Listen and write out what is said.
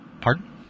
Pardon